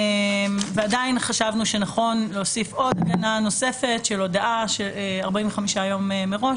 ועדיין חשבנו שנכון להוסיף עוד הגנה נוספת של הודעה של 45 יום מראש